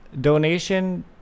donation